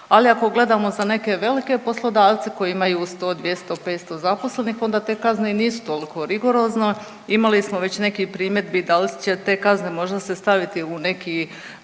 ali ako gledamo za neke poslodavce koji imaju 100, 200, 500 zaposlenih onda te kazne i nisu toliko rigorozno. Imali smo već nekih primjedbi dal će te kazne možda se staviti u neki